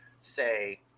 say